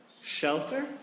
Shelter